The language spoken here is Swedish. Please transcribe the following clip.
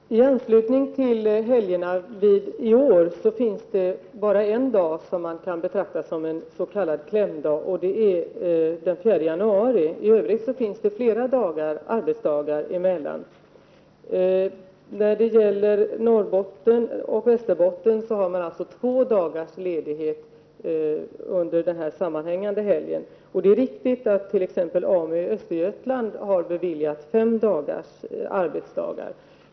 Herr talman! I anslutning till helgerna i år finns det bara en dag som kan betraktas som en s.k. klämdag, nämligen den 4 januari. I övrigt finns det flera arbetsdagar mellan helgdagarna. I Norrbotten och Västerbotten har man två dagars ledighet under den sammanhängande helgen, och det är riktigt att man vid AMU i Östergötland har beviljat fem dagars ledighet.